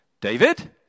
David